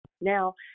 Now